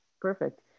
perfect